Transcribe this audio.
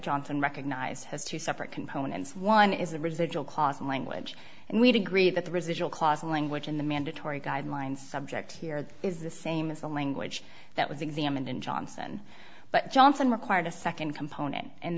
johnson recognized has two separate components one is the residual cost of language and we'd agree that the residual clause in language in the mandatory guideline subject here is the same as the language that was examined in johnson but johnson required a second component and